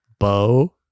Bo